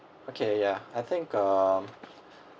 okay yeah I think um